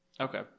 okay